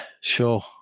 sure